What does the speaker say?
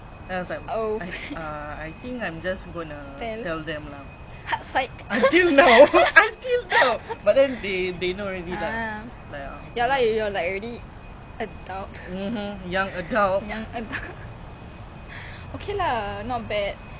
oh tell sike ah ya lah you are like already adult young adult okay lah not bad